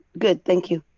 good. thank you.